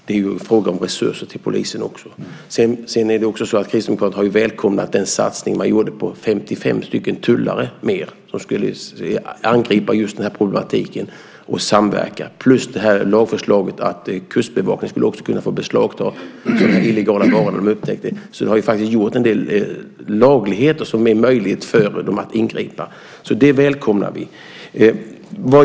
Det är fråga om resurser till polisen också. Kristdemokraterna har välkomnat den satsning man gjorde på 55 fler tullare som skulle angripa just det här problemet och samverka plus lagförslaget att Kustbevakningen skulle få beslagta illegala varor som de upptäcker. Det har faktiskt gjorts en hel del lagvägen som gör det möjligt för dem att ingripa. Det välkomnar vi.